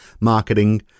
marketing